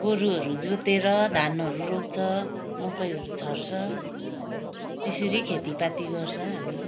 गोरुहरू जोतेर धानहरू रोप्छ मकैहरू छर्छ तेसरी खेतीपाती गर्छ हामी